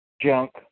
Junk